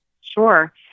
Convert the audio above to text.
Sure